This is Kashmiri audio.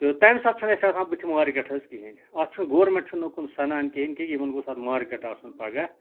تہٕ تَمہِ ساتہٕ چھُنہٕ اَسہِ آسان بٔتھِ ماکیٹ حظ کِہیٖنۍ اَتھ چھُنہٕ گورمٮ۪نٛٹ چھُنہٕ اُکُن سَنان کِہیٖنۍ کہِ یِمَن گوٚژھ اَتھ مارکیٹ آسُن پَگہہ